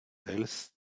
else